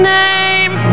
name